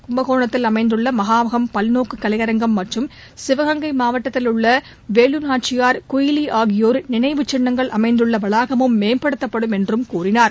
கும்பகோணத்தில் அமைந்துள்ளமகாமகம் பல்நோக்குக் கலையரங்கம் மற்றும் சிவகங்கை மாவட்டத்தில் உள்ளவேலுநாச்சியார் குயிலிஆகியோர் நினைவுச் சின்னங்கள் அமைந்துள்ளவளாகமும் மேப்படுத்தப்படும் என்றுகூறினார்